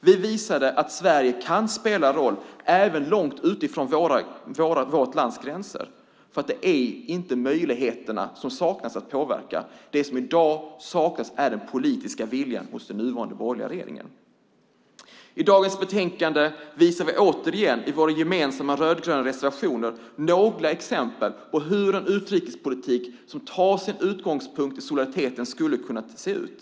Vi visade att Sverige kan spela roll även långt från vårt lands gränser. Det är inte möjligheterna att påverka som saknas, utan det som i dag saknas är den politiska viljan hos den nuvarande borgerliga regeringen. I dagens betänkande visar vi återigen i våra gemensamma rödgröna reservationer några exempel på hur en utrikespolitik som tar sin utgångspunkt i solidariteten skulle kunna se ut.